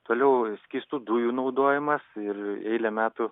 toliau skystų dujų naudojimas ir eilę metų